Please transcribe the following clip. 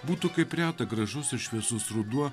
būtų kaip reta gražus ir šviesus ruduo